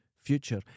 Future